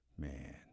Man